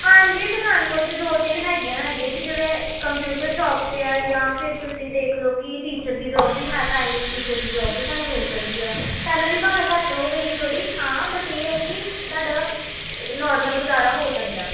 ਹਾਂਜੀ ਪਠਾਨਕੋਟ 'ਚ ਦੋ ਤਿੰਨ ਹੈਗੀਆਂ ਹੈਗੀਆਂ ਕਿਸੇ ਦੇ ਕੰਪਿਊਟਰ ਸ਼ੋਪ 'ਤੇ ਆ ਜਾਂ ਫਿਰ ਤੁਸੀਂ ਦੇਖ ਲਓ ਕਿ ਟੀਚਰ ਦੀ ਜੋਬ ਵੀ ਹੈ ਪ੍ਰਾਇਮਰੀ ਟੀਚਰ ਦੀ ਜੋਬ ਵੀ ਤੁਹਾਨੂੰ ਮਿਲ ਸਕਦੀ ਹੈ ਸੈਲਰੀ ਭਾਵੇਂ ਘੱਟ ਹੋਵੇਗੀ ਥੋੜ੍ਹੀ ਹਾਂ ਬਟ ਇਹ ਹੈ ਕਿ ਤੁਹਾਡਾ ਨਾਰਮਲ ਗੁਜ਼ਾਰਾ ਹੋ ਸਕਦਾ